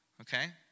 okay